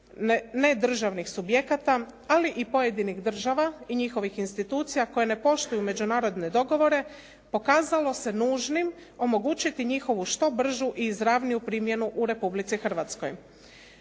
nedržavnih subjekata, ali i pojedinih država i njihovih institucija koje ne poštuju međunarodne dogovore pokazalo se nužnim omogućiti njihovu što bržu i izravniju primjenu u Republici Hrvatskoj.